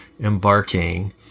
embarking